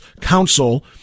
counsel